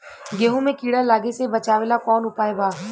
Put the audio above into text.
गेहूँ मे कीड़ा लागे से बचावेला कौन उपाय बा?